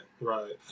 right